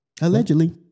Allegedly